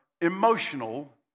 emotional